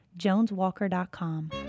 JonesWalker.com